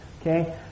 okay